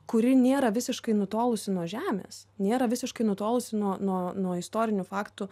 kuri nėra visiškai nutolusi nuo žemės nėra visiškai nutolusi nuo istorinių faktų